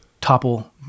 topple